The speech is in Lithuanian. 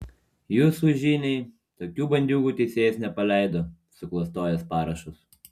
jūsų žiniai tokių bandiūgų teisėjas nepaleido suklastojęs parašus